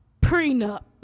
prenup